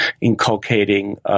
inculcating